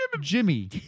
Jimmy